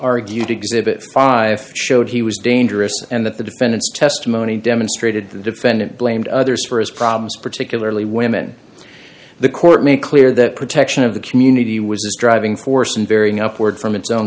argued exhibit five showed he was dangerous and that the defendant's testimony demonstrated the defendant blamed others for his problems particularly women the court made clear that protection of the community was a driving force in varying upward from its own